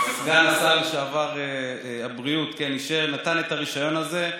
סגן שר הבריאות לשעבר אישר, נתן את הרישיון הזה.